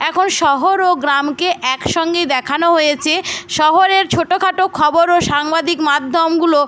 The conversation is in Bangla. এখন শহর ও গ্রামকে একসঙ্গেই দেখানো হয়েছে শহরের ছোটো খাটো খবর ও সাংবাদিক মাধ্যমগুলো